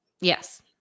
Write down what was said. Yes